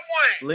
one